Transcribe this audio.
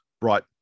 brought